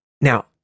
now